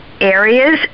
areas